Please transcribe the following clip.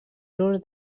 los